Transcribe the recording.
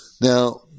Now